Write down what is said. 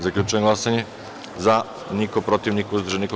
Zaključujem glasanje: za – niko, protiv – niko, uzdržan – niko.